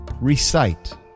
recite